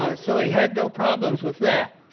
ah so he had no problems with that.